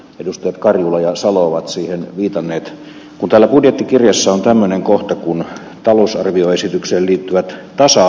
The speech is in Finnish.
edustaja kari ojasalo ovat siihen mitä meitä on täällä budjettikirjassa on taannoinen kohta kuulla talousarvioesitykseen liittyvät tasa